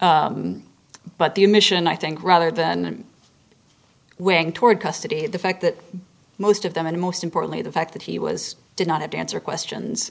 but the admission i think rather than winning toward custody the fact that most of them and most importantly the fact that he was did not have to answer questions